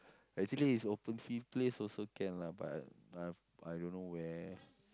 actually it's open field place also can lah but I I I don't know where